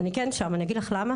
אני כן שם, אני אגיד לך למה,